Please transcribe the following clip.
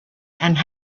and